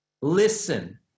listen